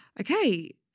Okay